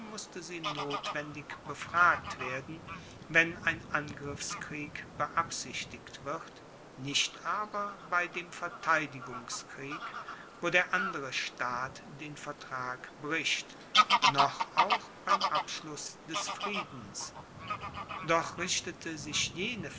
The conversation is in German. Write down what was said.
musste sie notwendig befragt werden wenn ein angriffskrieg beabsichtigt wird nicht aber bei dem verteidigungskrieg wo der andere staat den vertrag bricht noch auch beim abschluss des friedens doch richtete sich jene